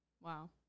Wow